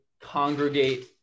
congregate